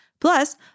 Plus